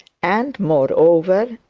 and moreover,